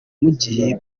mujyi